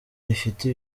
rifite